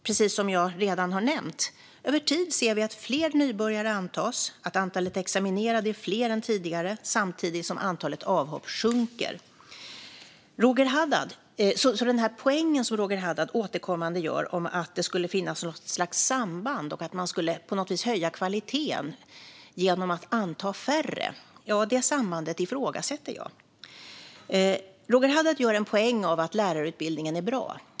Precis som jag redan har nämnt ser vi över tid att fler nybörjare antas och att antalet examinerade är fler än tidigare samtidigt som antalet avhopp sjunker. Roger Haddad försöker återkommande göra en poäng av att det skulle finnas något slags samband och att man skulle höja kvalitet genom att anta färre, men detta samband ifrågasätter jag. Roger Haddad gör en poäng av att lärarutbildningen är bra.